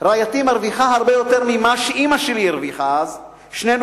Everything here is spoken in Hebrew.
"אני מרוויח הרבה יותר ממה שאבא שלי הרוויח לפני 36 שנה,